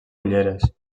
ulleres